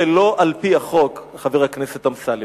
שלא על-פי החוק, חבר הכנסת אמסלם.